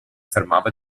fermava